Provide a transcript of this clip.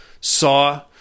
Saw